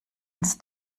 ins